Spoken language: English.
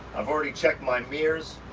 i've already checked my mirrors